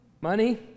money